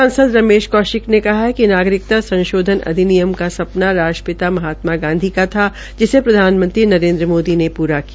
सांसद रमेश कौशिक ने कहा है कि नागरिकता संशोधन अधिनियम का सपना राष्ट्रपिता महात्मा गांधी का था जिसे प्रधानमंत्री नरेन्द्र मोदी ने पूरा किया